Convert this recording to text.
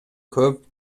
көп